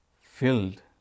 filled